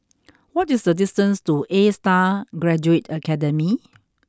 what is the distance to A Star Graduate Academy